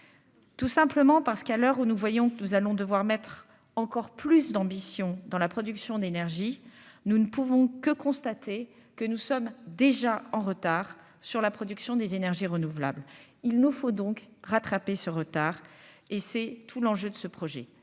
Tout simplement parce qu'à l'heure où nous voyons que nous allons devoir mettre encore plus d'ambition dans la production d'énergie, nous ne pouvons que constater que nous sommes déjà en retard sur la production des énergies renouvelables, il nous faut donc rattraper ce retard et c'est tout l'enjeu de ce projet,